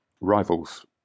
rivals